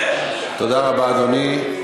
תודה רבה, אדוני.